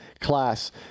class